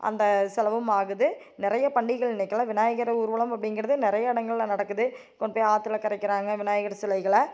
அந்த செலவும் ஆகுது நிறைய பண்டிகைகள் இன்றைக்கிலாம் விநாயகர் ஊர்வலம் அப்படிங்கிறது நிறைய இடங்கள்ல நடக்குது கொண்டு போய் ஆற்றுல கரைக்கிறாங்க விநாயகர் சிலைகளை